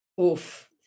oof